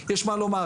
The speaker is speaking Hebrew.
ויש מקום,